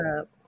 up